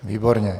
Výborně.